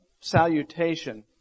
salutation